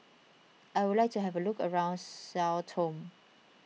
I would like to have a look around Sao Tome